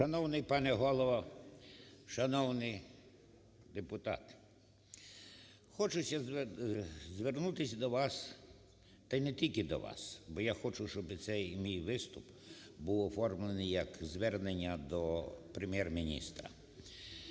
Шановний пане голово, шановні депутати. Хочеться звернутися до вас та і не тільки до вас, бо я хочу, щоб цей мій виступ був оформлений як звернення до Прем'єр-міністра.